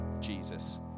Jesus